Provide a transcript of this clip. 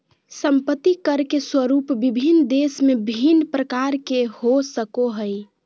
संपत्ति कर के स्वरूप विभिन्न देश में भिन्न प्रकार के हो सको हइ